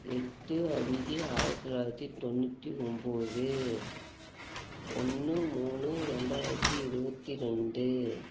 எட்டு அஞ்சு ஆயிரத் தொள்ளாயிரத்தி தொண்ணூற்றி ஒம்போது ஒன்று மூணு ரெண்டாயிரத்தி இருபத்தி ரெண்டு